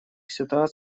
случаях